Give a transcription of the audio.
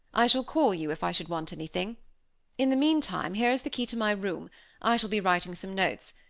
i shall call you if i should want anything in the meantime, here is the key to my room i shall be writing some notes,